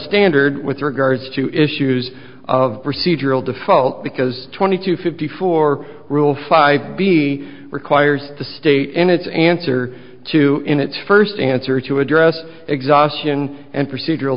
standard with regards to issues of procedural default because twenty two fifty four rule five b requires the state in its answer to in its first answer to address exhaustion and procedural